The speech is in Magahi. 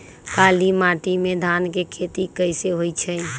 काली माटी में धान के खेती कईसे होइ छइ?